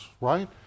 right